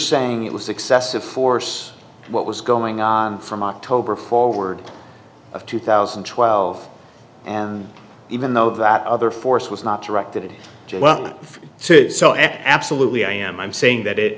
saying it was excessive force what was going on from october forward of two thousand and twelve and even though that other force was not directed at absolutely i am i'm saying that it